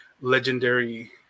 legendary